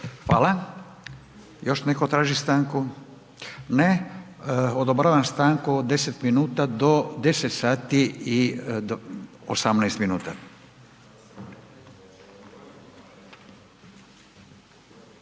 Hvala. Još netko traži stanku? Ne. Odobravam stanku od 10 minuta do 10 sati i 18 minuta.